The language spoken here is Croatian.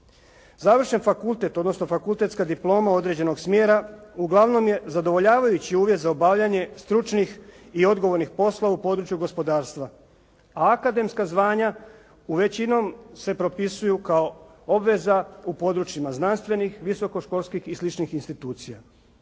Završen fakultet, odnosno fakultetska diploma određenog smjera uglavnom je zadovoljavajući uvjet za obavljanje stručnih i odgovornih poslova u području gospodarstva, a akademska zvanja većinom se propisuju kao obveza u područjima znanstvenih, visokoškolskih i sl. institucija.